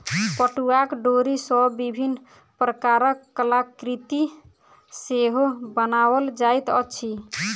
पटुआक डोरी सॅ विभिन्न प्रकारक कलाकृति सेहो बनाओल जाइत अछि